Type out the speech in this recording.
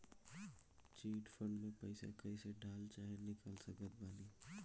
Chit fund मे पईसा कईसे डाल चाहे निकाल सकत बानी?